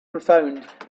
profound